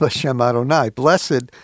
blessed